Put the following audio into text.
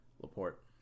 Laporte